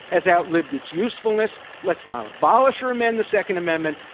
has outlived its usefulness. let's not abolish or amend the second amendment,